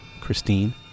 Christine